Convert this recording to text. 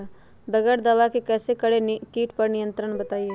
बगैर दवा के कैसे करें कीट पर नियंत्रण बताइए?